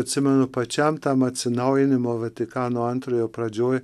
atsimenu pačiam tam atsinaujinimo vatikano antrojo pradžioj